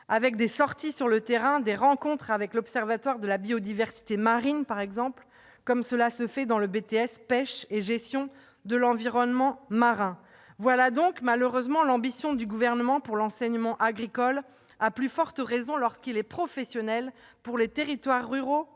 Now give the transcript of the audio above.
avec des sorties sur le terrain et des rencontres avec l'Observatoire de la biodiversité marine, comme dans le cadre du BTS Pêche et gestion de l'environnement marin. Telle est, hélas, l'ambition du Gouvernement pour l'enseignement agricole, à plus forte raison lorsqu'il est professionnel, pour les territoires ruraux